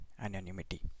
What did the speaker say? anonymity